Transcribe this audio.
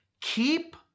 Keep